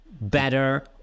better